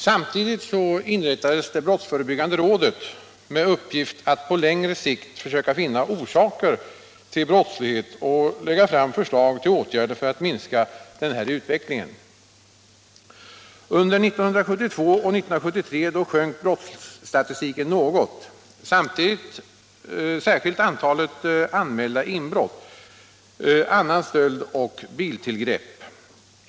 Samtidigt inrättades det brottsförebyggande rådet med uppgift att på längre sikt försöka finna orsakerna till brottsligheten och lägga fram förslag till åtgärder för att hejda den här utvecklingen. Under 1972 och 1973 sjönk brottsstatistiken något, särskilt antalet anmälda inbrott, annan stöld o.d. tillgrepp.